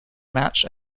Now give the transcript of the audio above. match